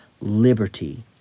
liberty